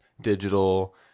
digital